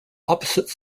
opposite